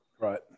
Right